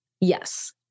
Yes